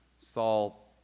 Saul